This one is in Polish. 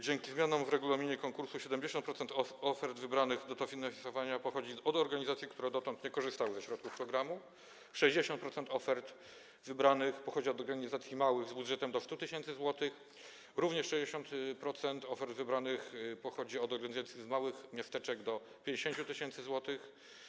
Dzięki zmianom w regulaminie konkursu 70% ofert wybranych do dofinansowania pochodzi od organizacji, które dotąd nie korzystały ze środków programu, 60% ofert wybranych pochodzi od organizacji małych, z budżetem do 100 tys. zł, również 60% ofert wybranych pochodzi od organizacji z małych miasteczek, do 50 tys. zł.